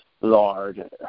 Lord